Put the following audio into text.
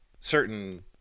certain